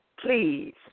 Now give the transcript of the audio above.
Please